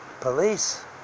police